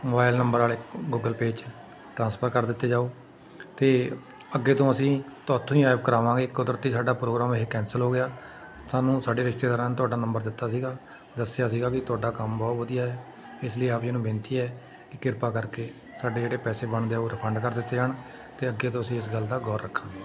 mobile number ਵਾਲੇ Google Pay 'ਚ transfer ਕਰ ਦਿੱਤੇ ਜਾਓ ਅਤੇ ਅੱਗੇ ਤੋਂ ਅਸੀਂ ਤੁਹਾਡੇ ਤੋਂ ਹੀ ਕੈਬ ਕਰਾਵਾਂਗੇ ਕੁਦਰਤੀ ਸਾਡਾ ਪ੍ਰੋਗਰਾਮ ਇਹ ਕੈਂਸਲ ਹੋ ਗਿਆ ਸਾਨੂੰ ਸਾਡੇ ਰਿਸ਼ਤੇਦਾਰਾਂ ਨੇ ਤੁਹਾਡਾ ਨੰਬਰ ਦਿੱਤਾ ਸੀਗਾ ਦੱਸਿਆ ਸੀਗਾ ਵੀ ਤੁਹਾਡਾ ਕੰਮ ਬਹੁਤ ਵਧੀਆ ਇਸ ਲਈ ਆਪ ਜੀ ਨੂੰ ਬੇਨਤੀ ਹੈ ਕਿ ਕਿਰਪਾ ਕਰਕੇ ਸਾਡੇ ਜਿਹੜੇ ਪੈਸੇ ਬਣਦੇ ਆ ਉਹ ਰੀਫੰਡ ਕਰ ਦਿੱਤੇ ਜਾਣ ਅਤੇ ਅੱਗੇ ਤੋਂ ਅਸੀਂ ਇਸ ਗੱਲ ਦਾ ਗੌਰ ਰੱਖਾਂਗੇ